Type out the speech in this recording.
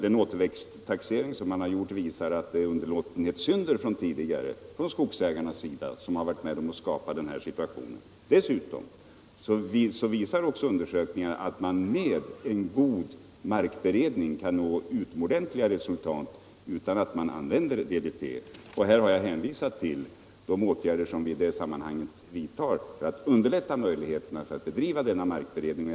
Den återväxttaxering som har gjorts visar att tidigare underlåtenhetssynder av skogsägarna varit med om att skapa den här situationen. Undersökningarna visar dessutom att man med en god markberedning kan nå utomordentliga resultat utan att använda DDT. Här har jag hänvisat till de åtgärder som vi i detta sammanhang vidtar för att förbättra möjligheterna att bedriva denna markberedning.